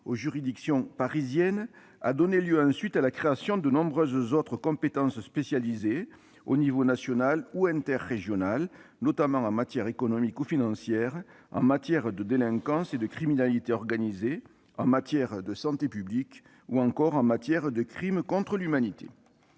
aux juridictions parisiennes, puis poursuivie par la création de nombreuses autres compétences spécialisées, au niveau national ou interrégional, notamment en matière économique et financière, de délinquance et de criminalité organisées, de santé publique ou de crime contre l'humanité.